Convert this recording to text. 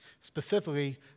Specifically